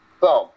Boom